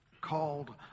called